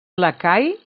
lacai